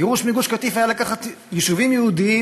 הגירוש מגוש-קטיף היה לקחת יישובים יהודיים